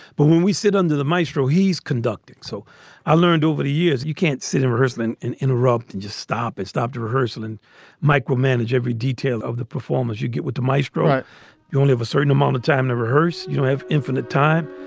but when we sit under the maestro, he's conducting. so i learned over the years, you can't sit in rehearsal and and interrupt and just stop it. stop to rehearsal and micromanage every detail of the performers you get with the maestro you only have a certain amount of time to rehearse. you don't have infinite time.